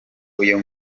uyu